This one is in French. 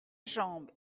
jambe